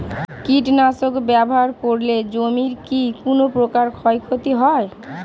কীটনাশক ব্যাবহার করলে জমির কী কোন প্রকার ক্ষয় ক্ষতি হয়?